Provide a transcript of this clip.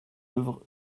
œuvre